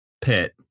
pit